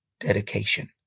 dedication